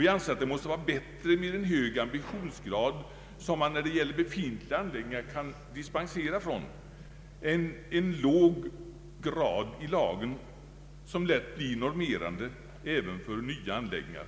Vi anser att det är bättre med en hög ambitionsgrad i lagen, som man när det gäller befintliga anläggningar lättare kan dispensera från, än en låg ambitionsgrad, som lätt blir normerande även för nya anläggningar.